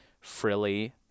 frilly